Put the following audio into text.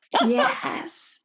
Yes